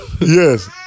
Yes